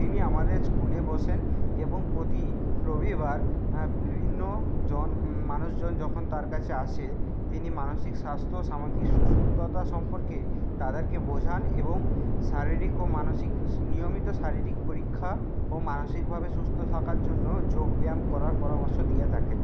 তিনি আমাদের স্কুলে বসেন এবং প্রতি রবিবার বিভিন্ন জন মানুষজন যখন তার কাছে আসে তিনি মানসিক স্বাস্থ্য সামগ্রিক সুস্থতা সম্পর্কে তাদেরকে বোঝান এবং শারীরিক ও মানসিক নিয়মিত শারীরিক পরীক্ষা ও মানসিকভাবে সুস্থ থাকার জন্য যোগ ব্যায়াম করার পরামর্শ দিয়ে থাকেন